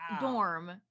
dorm